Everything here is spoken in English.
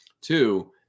Two